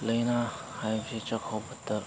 ꯂꯥꯏꯅꯥ ꯍꯥꯏꯕꯁꯤ ꯆꯥꯛꯈꯥꯎ ꯐꯠꯇ